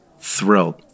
thrilled